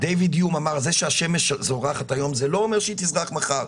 דיוויד יום אמר: זה שהשמש זורחת היום זה לא אומר שהיא תזרח מחר.